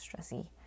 stressy